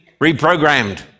reprogrammed